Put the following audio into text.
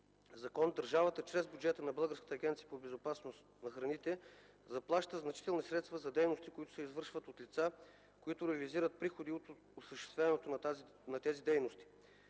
закон, държавата чрез бюджета на Българската агенция по безопасност на храните (БАБХ) заплаща значителни средства за дейности, които се извършват от лица, които реализират приходи от осъществяването на тези дейности.